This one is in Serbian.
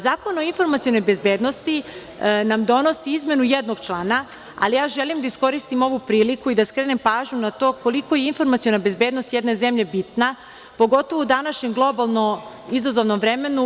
Zakon o informacionoj bezbednosti nam donosi izmenu jednog člana ali ja želim da iskoristim ovu priliku i da skrenem pažnju na to koliko je informaciona bezbednost jedne zemlje bitna, pogotovo u današnjem globalno izazovnom vremenu.